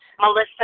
Melissa